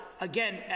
again